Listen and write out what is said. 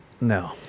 No